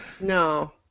No